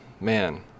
man